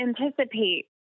Anticipate